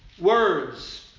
words